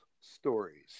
stories